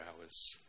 hours